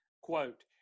quote